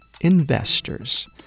investors